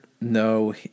No